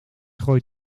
gooit